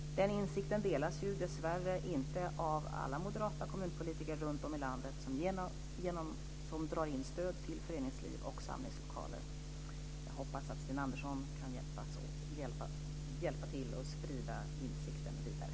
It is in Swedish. Den insikten delas dessvärre inte av alla moderata kommunpolitiker runtom i landet som drar in stödet till föreningsliv och samlingslokaler. Jag hoppas att Sten Andersson kan hjälpa till att sprida insikten vidare.